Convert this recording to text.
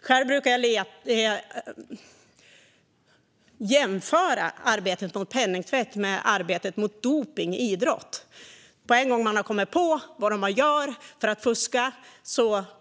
Själv brukar jag jämföra arbetet mot penningtvätt med arbetet mot dopning i idrott: Så fort någon har kommit på vad de gör för att fuska